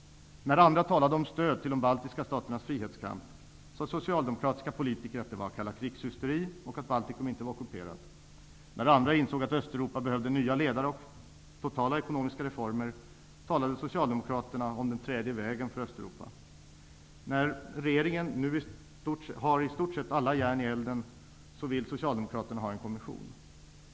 När andra talade om stöd till de baltiska staternas frihetskamp sade socialdemokratiska politiker att det var kallakrigshysteri och att Baltikum inte var ockuperat. När andra insåg att Östeuropa behövde nya ledare och totala ekonomiska reformer talade socialdemokraterna om den tredje vägen för Östeuropa. När regeringen nu har i stort sett alla järn i elden vill socialdemokraterna ha en kommission.